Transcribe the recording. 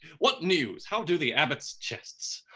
what news? how do the abbots' chests?